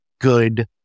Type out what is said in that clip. good